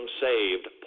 saved